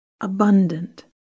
abundant